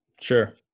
Sure